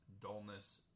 dullness